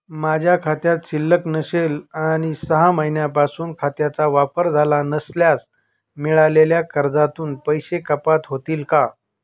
माझ्या खात्यात शिल्लक नसेल आणि सहा महिन्यांपासून खात्याचा वापर झाला नसल्यास मिळालेल्या कर्जातून पैसे कपात होतील का?